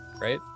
right